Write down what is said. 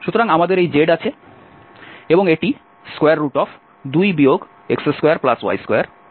সুতরাং আমাদের এই z আছে এবং এটি 2 x2y2 দ্বারা প্রতিস্থাপিত হবে